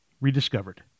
rediscovered